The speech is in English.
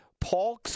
Paul's